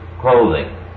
clothing